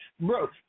Bro